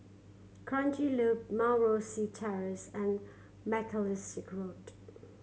Kranji Loop Mount Rosie Terrace and Macalister Road